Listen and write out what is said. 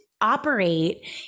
operate